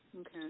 Okay